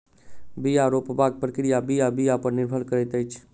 बीया रोपबाक प्रक्रिया बीया बीया पर निर्भर करैत अछि